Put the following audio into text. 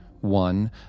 One